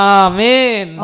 amen